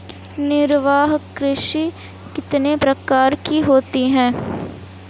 निर्वाह कृषि कितने प्रकार की होती हैं?